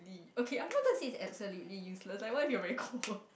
okay I'm not gonna say absolutely useless like what if you are cold